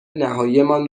نهاییمان